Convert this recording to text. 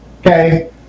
Okay